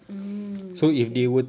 mm okay